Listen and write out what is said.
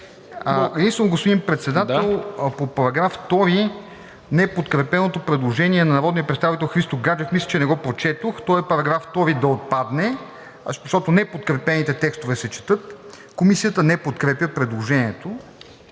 Единствено, господин Председател, по § 2 – неподкрепеното предложение на народния представител Христо Гаджев, мисля, че не го прочетох, а то е § 2 да отпадне. Защото неподкрепените текстове се четат. Комисията не подкрепя предложението.